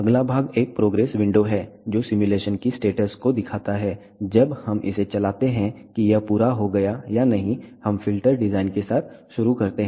अगला भाग एक प्रोग्रेस विंडो है जो सिमुलेशन की स्टेटस को दिखाता है जब हम इसे चलाते हैं कि यह पूरा हो गया है या नहीं हम फ़िल्टर डिज़ाइन के साथ शुरू करते हैं